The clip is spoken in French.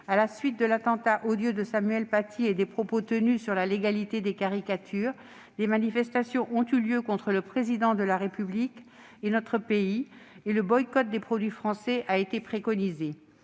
À la suite de l'attentat odieux contre Samuel Paty et des propos tenus sur la légalité des caricatures de Mahomet, des manifestations ont eu lieu contre le Président de la République et notre pays, et le boycott des produits français a été encouragé.